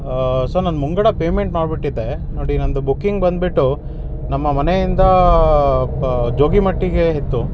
so ನಾನು ಮುಂಗಡ payment ಮಾಡ್ಬಿಟಿದ್ದೆ ನೋಡಿ ನನ್ನದು ಬುಕಿಂಗ್ ಬಂದುಬಿಟ್ಟು ನಮ್ಮ ಮನೆಯಿಂದ ಪ ಜೋಗಿಮಟ್ಟಿಗೆ ಇತ್ತು